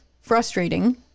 frustrating